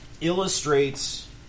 illustrates